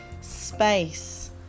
space